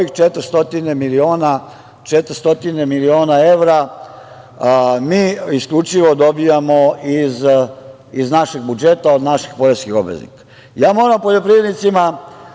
400 miliona evra mi dobijamo iz našeg budžeta od naših poreskih obveznika. Moram poljoprivrednicima